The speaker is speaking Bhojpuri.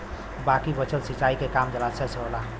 बाकी बचल सिंचाई के काम जलाशय से होला